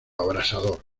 abrasador